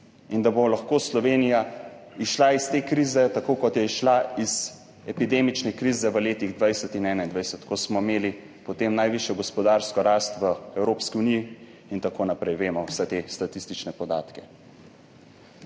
in da bo lahko Slovenija izšla iz te krize tako, kot je izšla iz epidemične krize v letih 2020 in 2021, ko smo imeli potem najvišjo gospodarsko rast v Evropski uniji in tako naprej. Vse te statistične podatke